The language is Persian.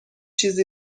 چیزی